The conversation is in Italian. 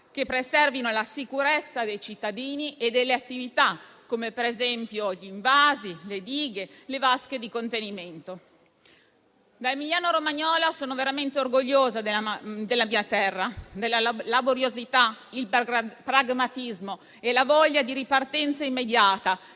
che preservino la sicurezza dei cittadini e delle attività, come per esempio gli invasi, le dighe e le vasche di contenimento. Da emiliano-romagnola sono veramente orgogliosa della mia terra, della laboriosità, del pragmatismo e della voglia di ripartenza immediata